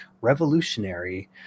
revolutionary